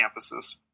campuses